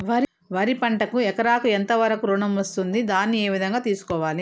వరి పంటకు ఎకరాకు ఎంత వరకు ఋణం వస్తుంది దాన్ని ఏ విధంగా తెలుసుకోవాలి?